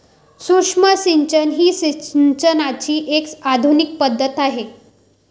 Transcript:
सूक्ष्म सिंचन ही सिंचनाची एक आधुनिक पद्धत आहे